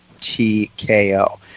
TKO